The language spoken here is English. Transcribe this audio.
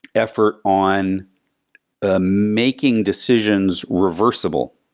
effort on ah making decisions reversible.